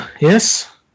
yes